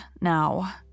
now